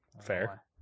Fair